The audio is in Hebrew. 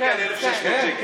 הוא יגיע ל-1,600 שקל.